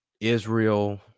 Israel